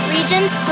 Regions